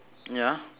ya